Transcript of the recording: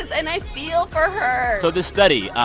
and i feel for her so this study